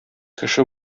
кеше